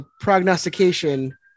Prognostication